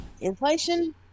Inflation